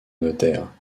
notaire